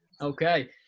Okay